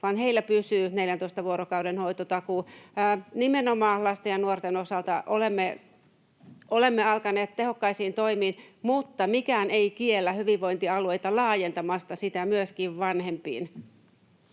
vaan heillä pysyy 14 vuorokauden hoitotakuu. Nimenomaan lasten ja nuorten osalta olemme alkaneet tehokkaisiin toimiin, mutta mikään ei kiellä hyvinvointialueita laajentamasta sitä myöskin vanhempiin.